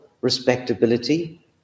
respectability